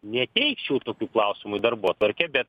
neteikčiau tokių klausimų į darbotvarkę bet